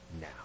now